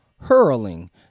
Hurling